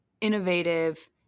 innovative